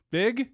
big